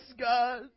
God